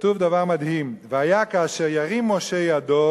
וכתוב דבר מדהים: "והיה כאשר ירים משה ידו